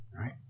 right